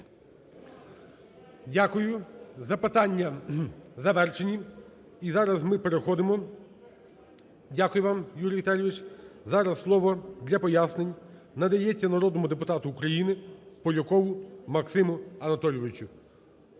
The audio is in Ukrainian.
Дякую. Запитання завершені. І зараз ми переходимо. Дякую вам, Юрій Віталійович. Зараз слово для пояснень надається народному депутату України Полякову Максиму Анатолійовичу.